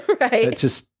Right